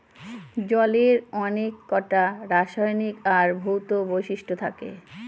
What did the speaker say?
জলের অনেককটা রাসায়নিক আর ভৌত বৈশিষ্ট্য থাকে